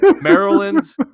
Maryland